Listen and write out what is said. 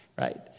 right